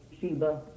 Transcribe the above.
Sheba